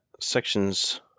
sections